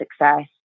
success